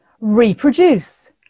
reproduce